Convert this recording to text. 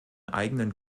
eigenen